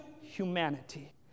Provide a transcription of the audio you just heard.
humanity